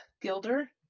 gilder